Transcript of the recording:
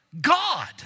God